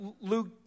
Luke